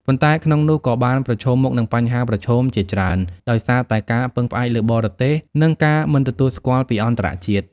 ប៉ុន្តែក្នុងនោះក៏បានប្រឈមមុខនឹងបញ្ហាប្រឈមជាច្រើន ដោយសារតែការពឹងផ្អែកលើបរទេស និងការមិនទទួលស្គាល់ពីអន្តរជាតិ។